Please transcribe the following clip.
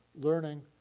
learning